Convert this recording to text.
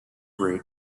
root